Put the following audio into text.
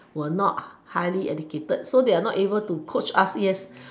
were not highly educated so they're not able to coach us in